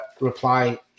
reply